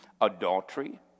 Adultery